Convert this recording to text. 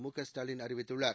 மு க ஸ்டாலின் அறிவித்துள்ளார்